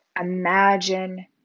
imagine